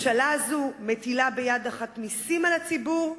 הממשלה הזאת מטילה ביד אחת מסים על הציבור,